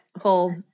whole